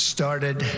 Started